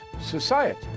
society